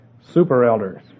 super-elders